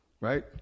Right